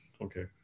Okay